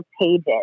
pages